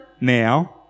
now